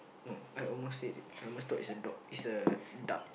oh I almost said I almost talk it's a dog it's a duck